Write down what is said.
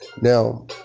Now